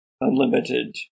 Unlimited